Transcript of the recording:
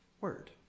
word